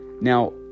Now